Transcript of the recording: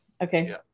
okay